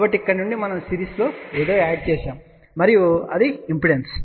కాబట్టి ఇక్కడ నుండి మనం సిరీస్లో ఏదో యాడ్ చేసాము మరియు అది ఇంపిడెన్స్